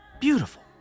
Beautiful